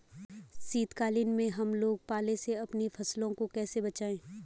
शीतकालीन में हम लोग पाले से अपनी फसलों को कैसे बचाएं?